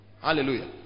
Hallelujah